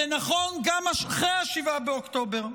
זה נכון גם אחרי 7 באוקטובר.